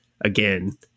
again